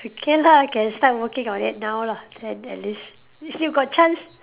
can lah can start working on it now lah then at least you still got chance